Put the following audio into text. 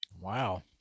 Wow